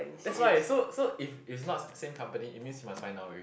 that's why so so if it's not same company it means we must find now already